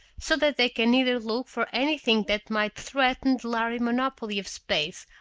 so that they can neither look for anything that might threaten the lhari monopoly of space,